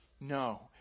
No